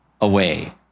away